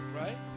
right